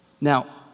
Now